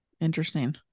Interesting